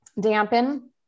dampen